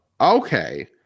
okay